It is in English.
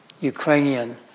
Ukrainian